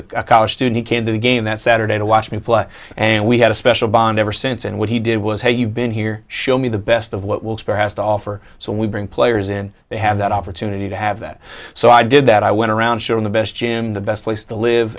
as a college student came to the game that saturday to watch me play and we had a special bond ever since and what he did was hey you've been here show me the best of what will spare has to offer so we bring players in they have that opportunity to have that so i did that i went around showing the best gym the best place to live